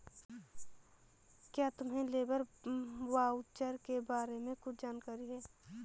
क्या तुम्हें labour voucher के बारे में कुछ जानकारी है?